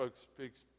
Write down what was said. speaks